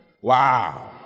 Wow